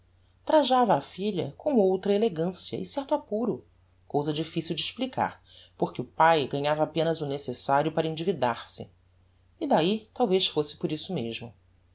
trajava a filha com outra elegancia e certo apuro cousa difficil de explicar porque o pae ganhava apenas o necessario para endividar se e dahi talvez fosse por isso mesmo